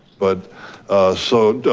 but so,